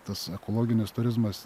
tas ekologinis turizmas